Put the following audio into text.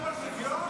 אתה מדבר על שוויון?